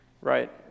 right